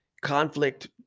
conflict